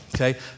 okay